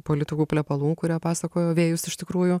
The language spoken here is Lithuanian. politikų plepalų kurie pasakojo vėjus iš tikrųjų